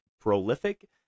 prolific